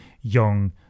Young